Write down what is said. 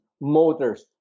motors